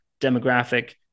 demographic